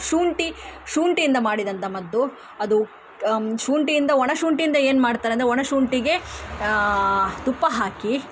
ಶುಂಠಿ ಶುಂಠಿಯಿಂದ ಮಾಡಿದಂಥ ಮದ್ದು ಅದು ಶುಂಠಿಯಿಂದ ಒಣ ಶುಂಠಿಯಿಂದ ಏನು ಮಾಡ್ತಾರೆ ಅಂದರೆ ಒಣ ಶುಂಠಿಗೆ ತುಪ್ಪ ಹಾಕಿ